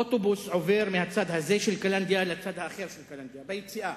אוטובוס עובר מהצד הזה של קלנדיה לצד האחר של קלנדיה ביציאה.